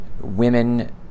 women